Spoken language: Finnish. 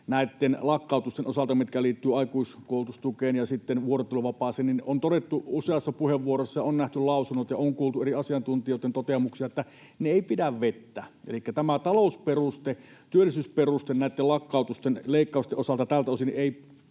lakkautusten osalta — mitkä liittyvät aikuiskoulutustukeen ja sitten vuorotteluvapaaseen — on todettu useassa puheenvuorossa, on nähty lausunnot ja on kuultu eri asiantuntijoitten toteamuksia, että ne eivät pidä vettä. Elikkä tämä talousperuste, työllisyysperuste, näitten lakkautusten ja leikkausten osalta tältä osin ei